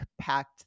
packed